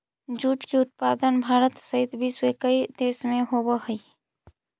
jute के उत्पादन भारत सहित विश्व के कईक देश में होवऽ हइ